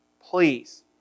Please